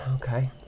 okay